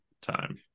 time